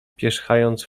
pierzchając